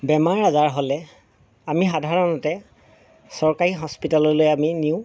বেমাৰ আজাৰ হ'লে আমি সাধাৰণতে চৰকাৰী হস্পিটেললৈ আমি নিওঁ